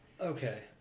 okay